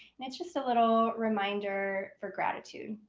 and it's just a little reminder for gratitude.